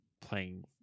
playing